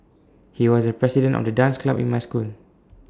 he was the president of the dance club in my school